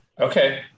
Okay